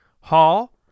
hall